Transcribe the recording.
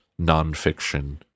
nonfiction